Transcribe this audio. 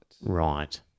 Right